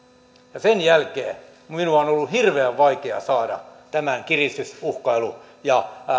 ja sen jälkeen minua on on ollut hirveän vaikea saada tämän kiristys uhkailu ja